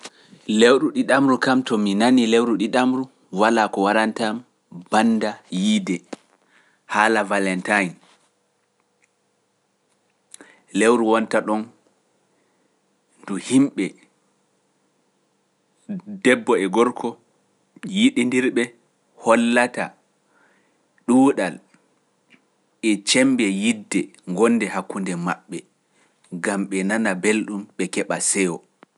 Lewru Ɗiɗamru kam to mi nanii lewru Ɗiɗamru walaa ko waranta am bannda yiide, haala Valentine, lewru wonta ɗon ndu himɓe, debbo e gorko yiɗindirɓe hollata ɗuuɗal e cemmbe yidde gonnde hakkunde maɓɓe, ngam ɓe nana belɗum ɓe keɓa seyo